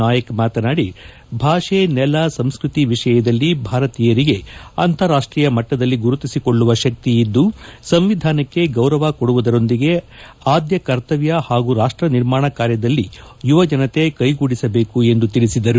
ನಾಯಕ್ ಮಾತನಾದಿ ಭಾಷೆ ನೆಲ ಸಂಸ್ಕೃತಿ ವಿಷಯದಲ್ಲಿ ಭಾರತೀಯರಿಗೆ ಅಂತಾರಾಷ್ಟೀಯ ಮಟ್ಟದಲ್ಲಿ ಗುರುತಿಸಿಕೊಳ್ಳುವ ಶಕ್ತಿಯಿದ್ದು ಸಂವಿಧಾನಕ್ಕೆ ಗೌರವ ಕೊಡುವುದರೊಂದಿಗೆ ಆದ್ಯ ಕರ್ತವ್ಯ ಹಾಗೂ ರಾಷ್ಟ್ರ ನಿರ್ಮಾಣ ಕಾರ್ಯದಲ್ಲಿ ಯುವಜನತೆ ಕೈಗೂಡಿಸಬೇಕು ಎಂದು ತಿಳಿಸಿದರು